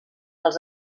els